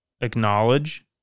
acknowledge